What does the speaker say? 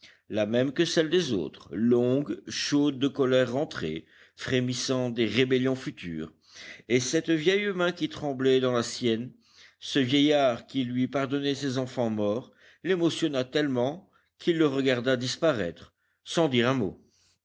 la même que celle des autres longue chaude de colère rentrée frémissante des rébellions futures et cette vieille main qui tremblait dans la sienne ce vieillard qui lui pardonnait ses enfants morts l'émotionna tellement qu'il le regarda disparaître sans dire un mot